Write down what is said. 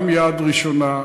גם יד ראשונה,